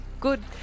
good